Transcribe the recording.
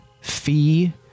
Fee